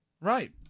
Right